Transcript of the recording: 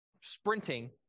sprinting